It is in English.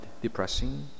depressing